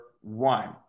one